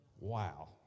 Wow